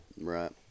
Right